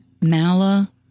Mala